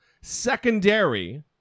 secondary